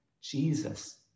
Jesus